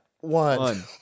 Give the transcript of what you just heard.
One